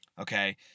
Okay